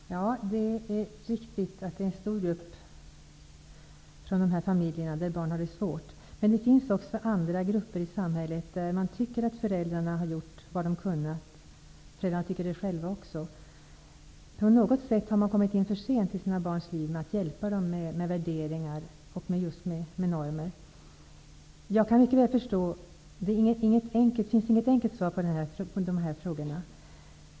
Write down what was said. Fru talman! Ja, det är riktigt att det finns en stor grupp barn från dessa familjer som har det svårt. Men det finns också andra grupper där föräldrarna tycker att de har gjort vad de har kunnat. Men på något sätt har de kommit in för sent i sina barns liv med att hjälpa dem att skapa sig normer och värderingar. Jag kan mycket väl förstå att det inte finns något enkelt svar på dessa frågor.